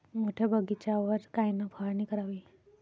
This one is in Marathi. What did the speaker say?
मोठ्या बगीचावर कायन फवारनी करावी?